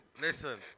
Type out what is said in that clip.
listen